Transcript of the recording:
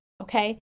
okay